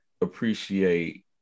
appreciate